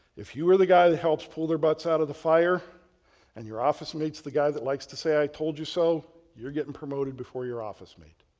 if you were the guys that helps pull their butts out of the fire and your office mate's the guy that likes to say, i told you so, you're getting promoted before your office mate.